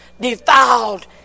defiled